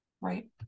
Right